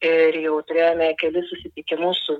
ir jau turėjome kelis susitikimus su